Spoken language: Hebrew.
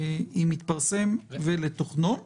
אם יתפרסם, ולתוכנו.